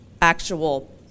actual